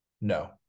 no